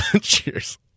Cheers